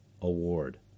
award